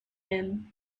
man